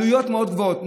עלויות מאוד גבוהות.